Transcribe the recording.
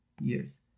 years